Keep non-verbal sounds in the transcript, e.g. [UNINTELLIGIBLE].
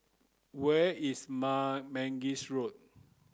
where is [UNINTELLIGIBLE] Mangis Road